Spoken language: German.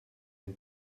den